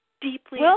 deeply